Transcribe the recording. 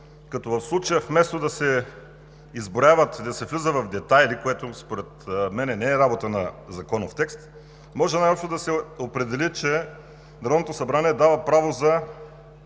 като в случая вместо да се изброяват и да се влиза в детайли, което според мен не е работа на законов текст, може най-общо да се определи, че Народното събрание дава право за